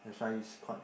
that's why is quite